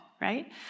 right